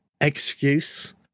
excuse